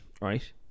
right